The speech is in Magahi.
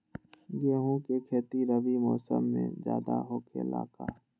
गेंहू के खेती रबी मौसम में ज्यादा होखेला का?